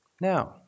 now